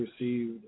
received